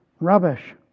Rubbish